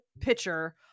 pitcher